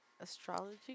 astrology